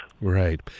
Right